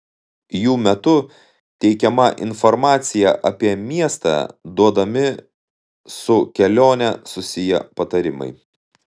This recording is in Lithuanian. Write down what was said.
jų metu teikiama informacija apie miestą duodami su kelione susiję patarimai